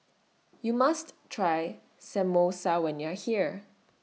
YOU must Try Samosa when YOU Are here